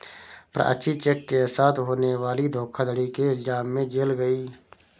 Prachi cheque के साथ होने वाली धोखाधड़ी के इल्जाम में जेल गई